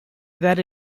that